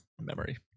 memory